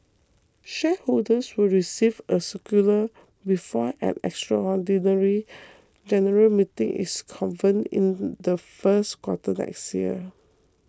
shareholders will receive a circular before an extraordinary general meeting is convened in the first quarter next year